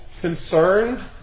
concerned